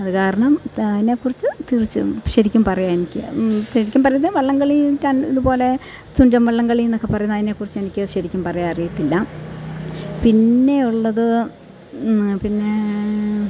അത് കാരണം ത അതിനെക്കുറിച്ച് തീർച്ച് ശെരിക്കും പറയാൻ എനിക്ക് ശെരിക്കും പറയുന്നത് വള്ളംകളി ര ഇതുപോലെ തുഞ്ചൻ വള്ളംകളി എന്നൊക്കെ പറയുന്നത് അതിനെക്കുറിച്ച് എനിക്ക് ശെരിക്കും പറയാൻ അറിയത്തില്ല പിന്നെ ഉള്ളത് പിന്നേ